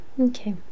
okay